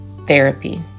therapy